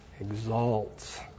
Exalts